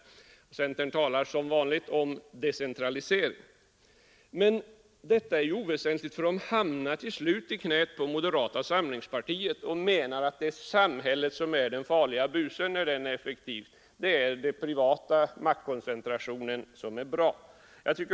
Centern talar som vanligt om decentralisering. Men detta är oväsentligt, för de hamnar till slut i knäet på moderata samlingspartiet och menar att samhället är den farliga busen när det är effektivt, medan den privata maktkoncentrationen är bra.